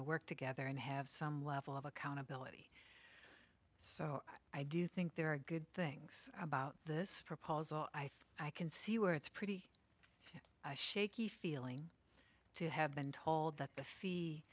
the work together and have some level of accountability so i do think there are good things about this proposal i think i can see where it's pretty shaky feeling to have been told that the fee